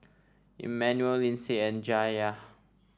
Emmanuel Lindsay and Jayla